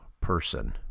person